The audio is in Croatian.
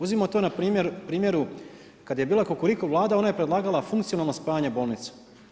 Uzmimo to na primjeru kad je bila Kukuriku Vlada ona je predlagala funkcionalno spajanje bolnica.